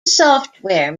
software